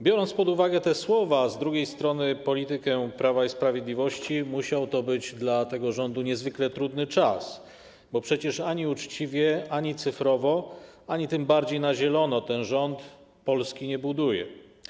Biorąc pod uwagę te słowa, a z drugiej strony politykę Prawa i Sprawiedliwości, chcę powiedzieć, że to musiał być dla tego rządu niezwykle trudny czas, bo przecież ani uczciwie, ani cyfrowo, ani tym bardziej na zielono ten rząd Polski nie buduje.